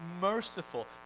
merciful